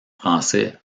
français